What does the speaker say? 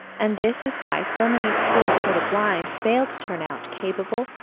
and this is why so many schools for the blind fail to turn out capable,